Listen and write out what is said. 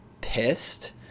pissed